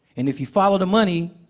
and if you follow the money,